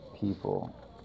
people